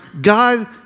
God